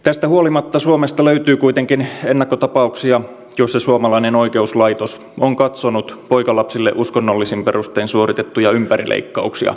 tästä huolimatta suomesta löytyy kuitenkin ennakkotapauksia joissa suomalainen oikeuslaitos on katsonut poikalapsille uskonnollisin perustein suoritettuja ympärileikkauksia läpi sormien